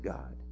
God